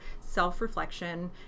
self-reflection